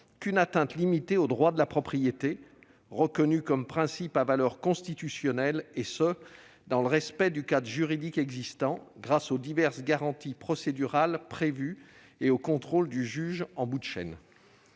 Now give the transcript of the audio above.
qu'une atteinte limitée au droit de la propriété, reconnu comme principe à valeur constitutionnelle, et ce dans le respect du cadre juridique existant grâce aux diverses garanties procédurales prévues et au contrôle du juge en bout de chaîne.